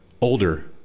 older